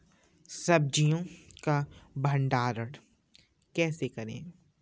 सब्जियों का भंडारण कैसे करें?